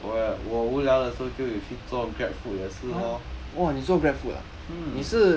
我我无聊的时候就有去做 GrabFood 也是 lor mm